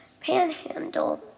panhandle